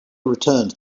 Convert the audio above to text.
returned